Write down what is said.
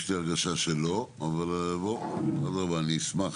יש לי הרגשה שלא, אבל אדרבא, אני אשמח